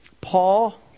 Paul